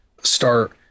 start